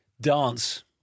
dance